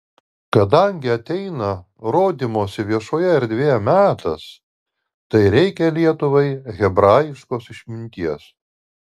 kadangi ateina rodymosi viešoje erdvėje metas tai reikia lietuvai hebrajiškos išminties